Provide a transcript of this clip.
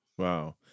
Wow